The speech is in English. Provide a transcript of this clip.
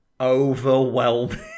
overwhelming